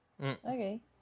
Okay